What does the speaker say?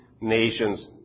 nations